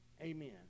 Amen